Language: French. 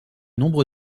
nombre